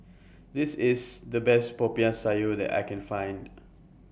This IS The Best Popiah Sayur that I Can Find